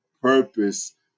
purpose